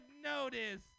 notice